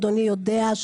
אדוני יודע,